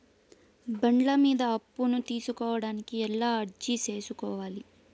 బండ్ల మీద అప్పును తీసుకోడానికి ఎలా అర్జీ సేసుకోవాలి?